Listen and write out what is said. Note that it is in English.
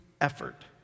effort